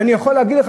ואני יכול להביא לך,